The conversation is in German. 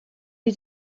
wie